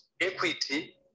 equity